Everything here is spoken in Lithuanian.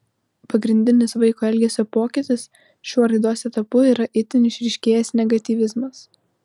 pagrindinis vaiko elgesio pokytis šiuo raidos etapu yra itin išryškėjęs negatyvizmas